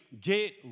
get